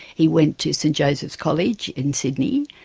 he went to st joseph's college in sydney,